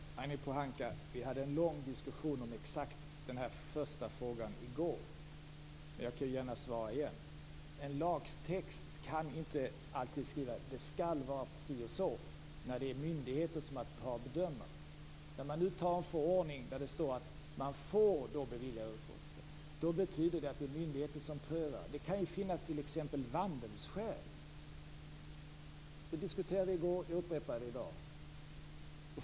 Herr talman! Ragnhild Pohanka! Vi hade en lång diskussion om exakt den här första frågan i går, men jag kan gärna svara igen. I en lagtext kan man inte alltid skriva att det skall vara si eller så, när det är myndigheter som har att bedöma frågan. När man nu antar en förordning där det står att uppehållstillstånd får beviljas betyder det att det är myndigheten som prövar frågan. Det kan ju finnas t.ex. vandelsskäl som talar emot. Vi diskuterade detta i går, och jag upprepar det i dag.